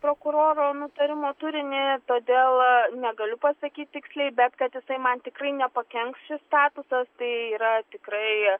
prokuroro nutarimo turinį todėl negaliu pasakyt tiksliai bet kad jisai man tikrai nepakenks šis statusas tai yra tikrai